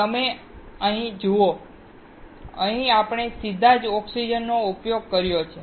તમે જુઓ અહીં આપણે સીધા ઓક્સિજનનો ઉપયોગ કર્યો છે